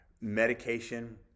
Medication